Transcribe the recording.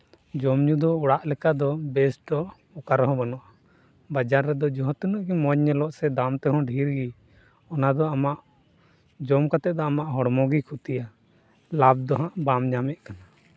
ᱡᱚᱢ ᱧᱩ ᱫᱚ ᱚᱲᱟᱜ ᱞᱮᱠᱟ ᱫᱚ ᱵᱮᱥᱴ ᱫᱚ ᱚᱠᱟ ᱨᱮᱦᱚᱸ ᱵᱟᱹᱱᱩᱜᱼᱟ ᱵᱟᱡᱟᱨ ᱨᱮᱫᱚ ᱡᱟᱦᱟᱸ ᱛᱤᱱᱟ ᱜ ᱜᱮ ᱢᱚᱡᱽ ᱧᱮᱞᱚᱜ ᱥᱮ ᱫᱟᱢ ᱛᱮᱦᱚᱸ ᱰᱷᱮᱨ ᱜᱮ ᱚᱱᱟ ᱫᱚ ᱟᱢᱟᱜ ᱡᱚᱢ ᱠᱟᱛᱮ ᱫᱚ ᱟᱢᱟᱜ ᱦᱚᱲᱢᱚ ᱜᱮ ᱠᱷᱚᱛᱤᱭᱟ ᱞᱟᱵᱽ ᱫᱚ ᱦᱟᱸᱜ ᱵᱟᱢ ᱧᱟᱢᱮᱜ ᱠᱟᱱᱟ